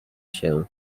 się